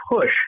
push